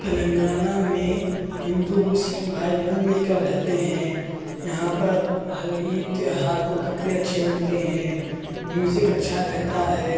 تلنگانہ میں ہندو مسلم بھائی مل مل کر رہتے ہیں یہاں پر ہر عید تیوہار کو کپڑے اچھے ملتے ہیں میوزک اچھا رہتا ہے